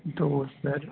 तो सर